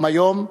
גם היום,